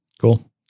Cool